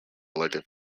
elected